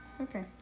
Okay